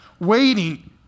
waiting